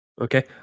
Okay